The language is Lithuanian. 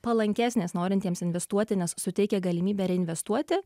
palankesnės norintiems investuoti nes suteikia galimybę reinvestuoti